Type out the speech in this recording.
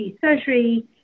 surgery